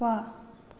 ವಾಹ್